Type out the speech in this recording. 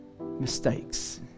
mistakes